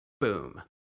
Boom